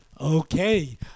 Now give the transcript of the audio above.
Okay